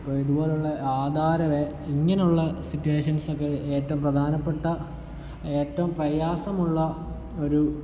ഇപ്പോൾ ഇതുപോലുള്ള ആധാര ഇങ്ങനുള്ള സീറ്റുവേഷൻസൊക്കെ ഏറ്റവും പ്രധാനപ്പെട്ട ഏറ്റവും പ്രയാസമുള്ള ഒരു